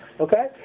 Okay